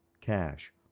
cash